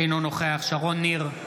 אינו נוכח שרון ניר,